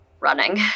running